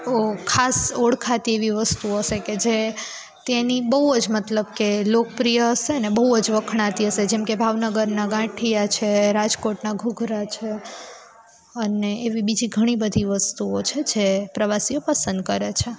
ઓ ખાસ ઓળખાતી એવી વસ્તુ હશે કે જે તેની બહુ જ મતલબ કે લોકપ્રિય હશે ને બહુ જ વખણાતી હશે જેમકે ભાવનગરના ગાંઠિયા છે રાજકોટના ધૂધરા છે અને એવી બીજી ઘણી બધી વસ્તુઓ છે જે પ્રવાસીઓ પસંદ કરે છે